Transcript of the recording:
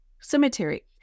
cemetery